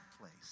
place